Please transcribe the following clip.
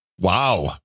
Wow